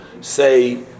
say